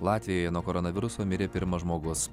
latvijoje nuo koronaviruso mirė pirmas žmogus